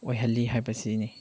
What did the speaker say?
ꯑꯣꯏꯍꯜꯂꯤ ꯍꯥꯏꯕꯁꯤꯅꯤ